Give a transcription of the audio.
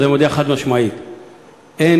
אז אני